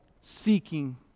seeking